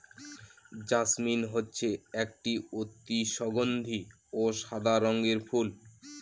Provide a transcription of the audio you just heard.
jasmine হচ্ছে একটি অতি সগন্ধি ও সাদা রঙের ফুল